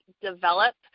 develop